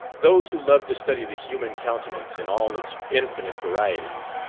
those who love to study the human countenance in all its infinite varieties,